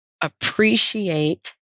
appreciate